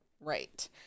Right